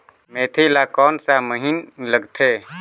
मेंथी ला कोन सा महीन लगथे?